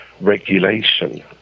regulation